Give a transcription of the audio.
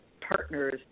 partners